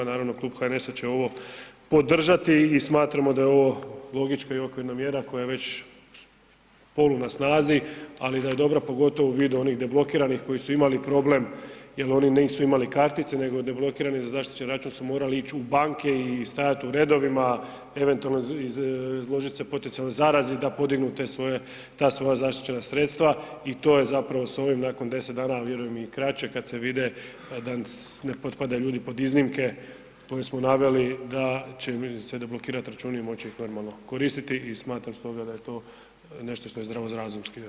Naravno Klub HNS-a će ovo podržati i smatramo da je ovo logička i okvirna mjera koja je već polu na snazi, ali da dobra pogotovo u vidu onih deblokiranih koji su imali problem jer oni nisu imali kartice nego deblokirani za zaštićen račun su morali ići u banke i stajati u redovima eventualno izložit se potencijalnoj zarazi da podignu te svoje, ta svoja zaštićena sredstva i to je zapravo s ovim nakon 10 dana, a vjerujem i kraće kad se vide da ne potpadaju ljudi pod iznimke koje smo naveli da će im se deblokirati računi i moći ih normalno koristiti i smatram stoga da je to nešto što je zdravorazumski.